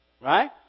Right